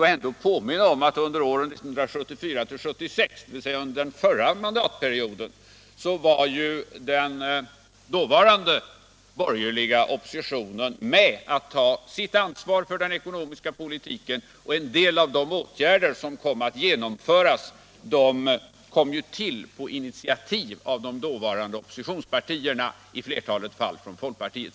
Låt mig då påminna om att den dåvarande borgerliga oppositionen under åren 1974 till 1976, dvs. under den förra mandatperioden, var med på att ta sitt ansvar för den ekonomiska politiken och att en del av de åtgärder som genomfördes kom till på initiativ av de dåvarande oppositionspartierna, i flertalet fall folkpartiet.